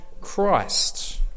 Christ